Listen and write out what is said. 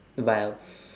vilf